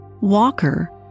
Walker